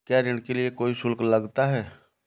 क्या ऋण के लिए कोई शुल्क लगता है?